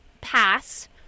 pass